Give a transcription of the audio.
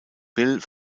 bill